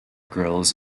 girls